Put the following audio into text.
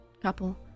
couple